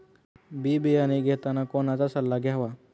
बी बियाणे घेताना कोणाचा सल्ला घ्यावा?